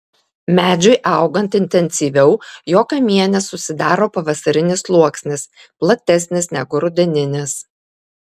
medžiui augant intensyviau jo kamiene susidaro pavasarinis sluoksnis platesnis negu rudeninis